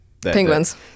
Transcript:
Penguins